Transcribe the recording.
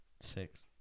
Six